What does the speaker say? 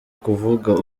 kuvuga